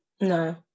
no